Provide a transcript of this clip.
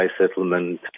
settlement